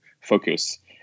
focus